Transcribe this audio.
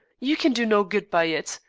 you can do no good by it.